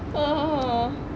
a'ah